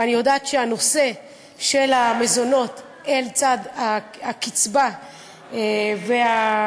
ואני יודעת שהנושא של המזונות לצד הקצבה והנושא